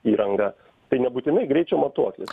įranga tai nebūtinai greičio matuoklis